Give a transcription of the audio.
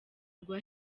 rwa